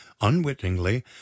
unwittingly